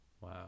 wow